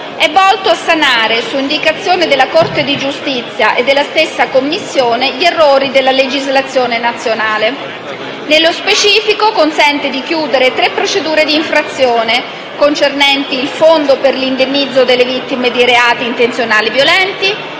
è volto a sanare - su indicazione della Corte di giustizia e della stessa Commissione - gli errori della legislazione nazionale. Nello specifico consente di chiudere tre procedure di infrazione, concernenti il fondo per l'indennizzo delle vittime di reati intenzionali violenti;